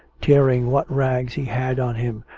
tearing what rags he had on him,